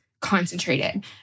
concentrated